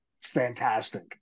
fantastic